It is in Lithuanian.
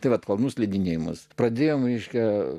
tai vat kalnų slidinėjimas pradėjome miške